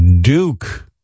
Duke